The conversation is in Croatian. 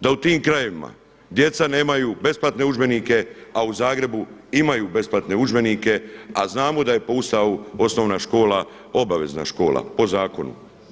da u tim krajevima djeca nemaju besplatne udžbenike, a u Zagrebu imaju besplatne udžbenike, a znamo da je po Ustavu osnovna škola obavezna škola, po zakonu.